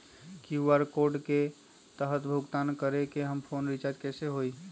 QR code के तहद भुगतान करके हम फोन रिचार्ज कैसे होई?